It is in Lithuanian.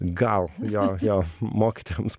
gal jo jo mokytojams